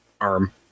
arm